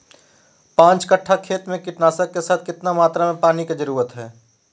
पांच कट्ठा खेत में कीटनाशक के साथ कितना मात्रा में पानी के जरूरत है?